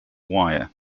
wire